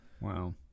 wow